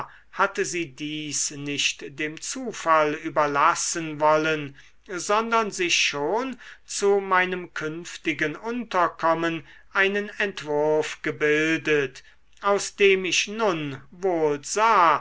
hatte sie dies nicht dem zufall überlassen wollen sondern sich schon zu meinem künftigen unterkommen einen entwurf gebildet aus dem ich nun wohl